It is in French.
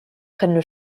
prennent